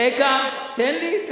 רגע, תן לי.